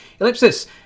Ellipsis